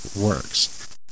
works